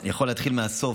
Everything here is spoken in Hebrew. אני יכול להתחיל מהסוף,